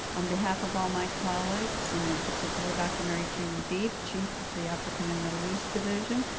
on behalf of all my colleagues and in particularly dr. mary-jane deeb, chief of the african and middle east division,